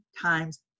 Times